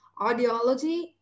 audiology